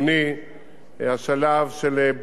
השלב של בדיקת התוואי.